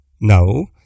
No